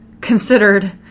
considered